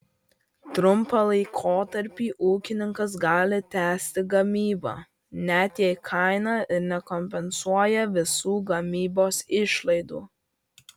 trumpą laikotarpį ūkininkas gali tęsti gamybą net jei kaina ir nekompensuoja visų gamybos išlaidų